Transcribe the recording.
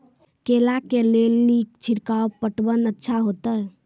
केला के ले ली छिड़काव पटवन अच्छा होते?